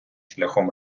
шляхом